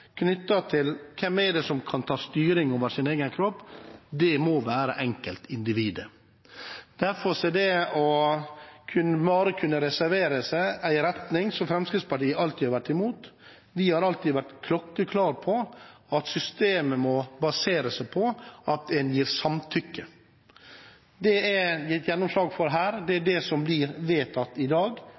hvem det er som kan ta styring over egen kropp. Det må være enkeltindividet. Derfor er det å bare kunne reservere seg en retning som Fremskrittspartiet alltid har vært imot. Vi har alltid vært klokkeklar på at systemet må basere seg på at en gir samtykke. Det er det gitt gjennomslag for her. Det er det som blir vedtatt i dag.